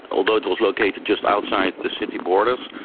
although it was located just outside the city borders,